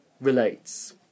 relates